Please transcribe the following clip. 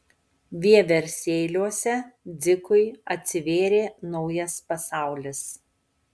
vieversėliuose dzikui atsivėrė naujas pasaulis